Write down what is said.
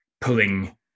pulling